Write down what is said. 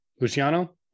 Luciano